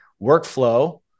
workflow